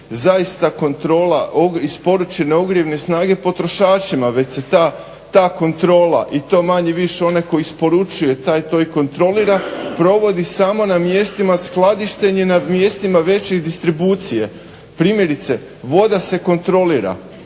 zaista kontrola isporučene ogrjevne snage potrošačima već se ta kontrola i to manje-više onaj koji isporučuje taj to i kontrolira provodi samo na mjestima skladištenje, na mjestima veće distribucije. Primjerice, voda se kontrolira.